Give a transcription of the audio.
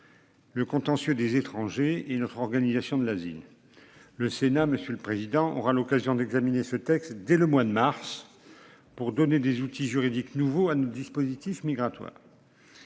Le contentieux des étrangers et une réorganisation de la ville. Le Sénat, Monsieur le Président, aura l'occasion d'examiner ce texte dès le mois de mars. Pour donner des outils juridiques nouveaux à nos dispositifs migratoire.